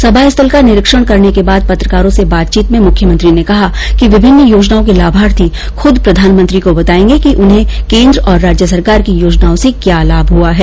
सभास्थल का निरीक्षण करने के बाद पत्रकारों से बातचीत में मुख्यमंत्री ने कहा कि विभिन्न योजनाओं के लाभार्थी खुद प्रधानमंत्री को बताएंगे कि उन्हें केंद्र और राज्य सरकार की योजनाओं से क्या लाभ हुआ है